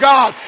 God